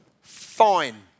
fine